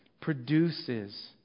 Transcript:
produces